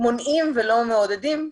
מונעים ולא מעודדים.